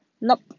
Nope